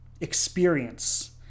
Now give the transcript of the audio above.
experience